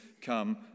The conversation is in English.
come